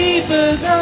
Keepers